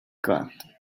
got